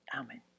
Amen